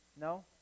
No